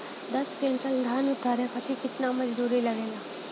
दस क्विंटल धान उतारे खातिर कितना मजदूरी लगे ला?